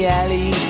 alley